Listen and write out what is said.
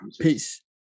Peace